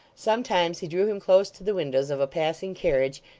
sometimes he drew him close to the windows of a passing carriage,